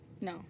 No